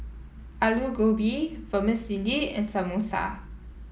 Alu Gobi Vermicelli and Samosa